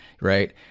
Right